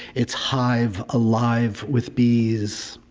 its hive alive with bees.